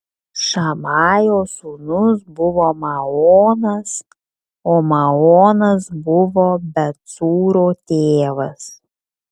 šamajo sūnus buvo maonas o maonas buvo bet cūro tėvas